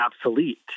obsolete